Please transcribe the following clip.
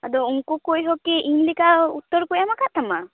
ᱟᱫᱚ ᱩᱱᱠᱩ ᱠᱚᱦᱚᱸ ᱠᱤ ᱤᱧ ᱞᱮᱠᱟ ᱩᱛᱛᱚᱨ ᱠᱚ ᱮᱢ ᱟᱠᱟᱫᱟ ᱛᱟᱢᱟ